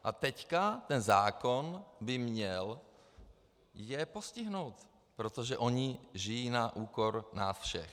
A teď ten zákon by je měl postihnout, protože oni žijí na úkor nás všech.